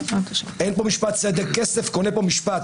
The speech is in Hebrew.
אין פה משפט צדק, כסף קונה פה משפט.